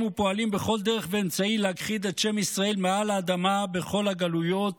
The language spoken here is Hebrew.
ופועלים בכל דרך ואמצעי להכחיד את שם ישראל מעל האדמה בכל הגלויות